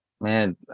Man